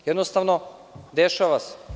Jednostavno, dešava se.